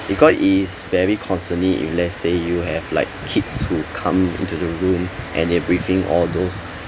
because it is very concerning if let's say you have like kids who come into the room and they breath in all those